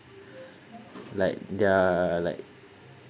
like they are like